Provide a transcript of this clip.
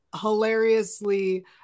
hilariously